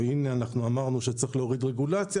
והנה אנחנו אמרנו שצריך להוריד רגולציה